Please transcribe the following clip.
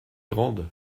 grande